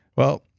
well,